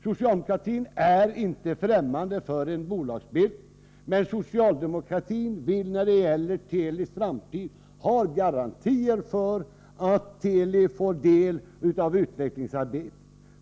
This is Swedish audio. Socialdemokratin är inte främmande för en bolagsbildning, men socialdemokratin vill när det gäller Telis framtid ha garantier för att Teli får del av utvecklingsarbetet.